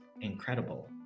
incredible